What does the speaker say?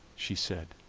she said,